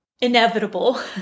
inevitable